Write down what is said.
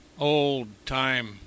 old-time